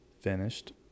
finished